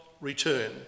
return